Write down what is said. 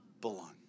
belong